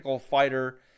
fighter